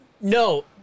No